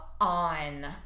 on